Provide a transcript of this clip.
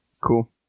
Cool